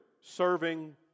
serving